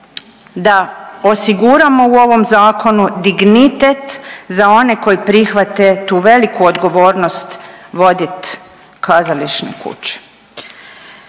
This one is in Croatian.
da osiguramo u ovom zakonu dignitet za one koji prihvate tu veliku odgovornost vodit kazališne kuće.